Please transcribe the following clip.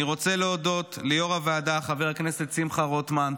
אני רוצה להודות ליו"ר הוועדה חבר הכנסת שמחה רוטמן.